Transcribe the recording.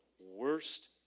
worst